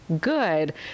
good